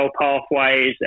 pathways